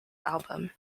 album